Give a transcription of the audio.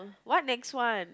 what next one